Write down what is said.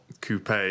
Coupe